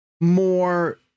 more